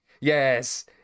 Yes